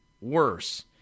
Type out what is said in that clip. worse